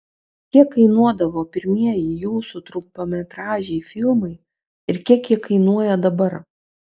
kiek kainuodavo pirmieji jūsų trumpametražiai filmai ir kiek jie kainuoja dabar